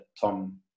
Tom